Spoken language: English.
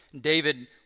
David